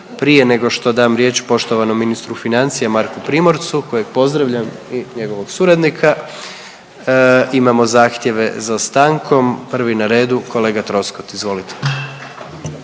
Prije nego što dam riječ poštovanom ministru financija Marku Primorcu kojeg pozdravljam i njegovog suradnika, imamo zahtjeve za stankom, prvi na redu kolega Troskot, izvolite.